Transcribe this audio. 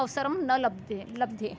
अवसरः न लब्धे लब्धे